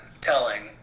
telling